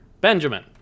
Benjamin